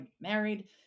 married